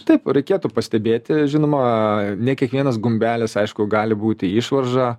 taip reikėtų pastebėti žinoma ne kiekvienas gumbelis aišku gali būti išvarža